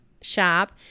shop